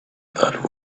that